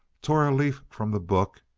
tore a leaf from the book,